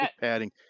padding